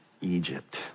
Egypt